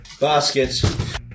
Baskets